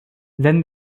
then